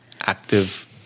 active